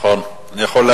נכון, אני יכול להעיד.